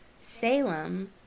Salem